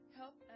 help